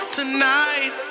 Tonight